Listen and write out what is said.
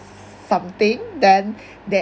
something then that